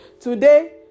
today